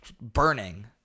burning